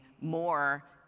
more